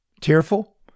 Tearful